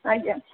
ଆଜ୍ଞା